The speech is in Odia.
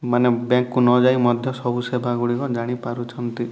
ମାନେ ବ୍ୟାଙ୍କ୍ କୁ ନଯାଇ ମଧ୍ୟ ସବୁ ସେବାଗୁଡ଼ିକ ଜାଣି ପାରୁଛନ୍ତି